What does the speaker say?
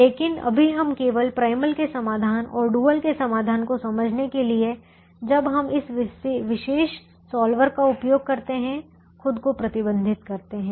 लेकिन अभी हम केवल प्राइमल के समाधान और डुअल के समाधान को समझने के लिए जब हम इस विशेष सॉल्वर का उपयोग करते हैं खुद को प्रतिबंधित करते हैं